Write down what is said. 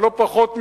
אבל לא פחות מזה,